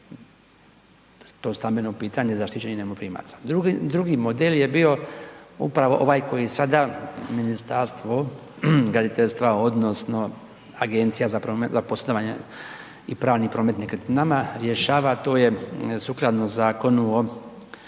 to stambeno pitanje zaštićenih najmoprimaca. Drugi model je bio upravo ovaj koji sada Ministarstvo graditeljstva odnosno Agencija za poslovanje i pravni promet nekretninama rješava, to je sukladno Zakonu o